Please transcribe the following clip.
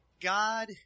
God